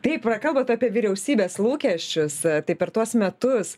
taip prakalbot apie vyriausybės lūkesčius tai per tuos metus